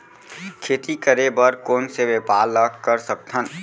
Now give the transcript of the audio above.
खेती करे बर कोन से व्यापार ला कर सकथन?